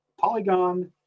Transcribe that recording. Polygon